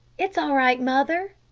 it's all right, mother,